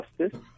justice